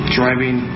driving